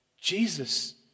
Jesus